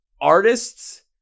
artists